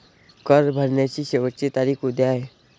कर भरण्याची शेवटची तारीख उद्या आहे